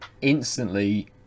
instantly